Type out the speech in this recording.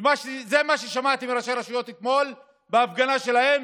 זה מה ששמעתי מראשי הרשויות אתמול בהפגנה שלהם,